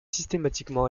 systématiquement